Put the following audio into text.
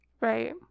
right